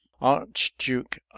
archduke